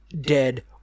dead